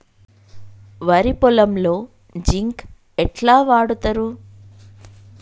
వరి పొలంలో జింక్ ఎట్లా వాడుతరు?